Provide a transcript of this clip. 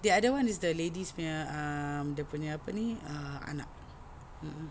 the other one is the lady's punya ah um dia punya apa ni ah anak mmhmm